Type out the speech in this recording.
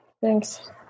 Thanks